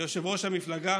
כיושב-ראש המפלגה